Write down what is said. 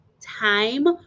time